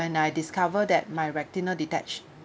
when I discovered that my retina detached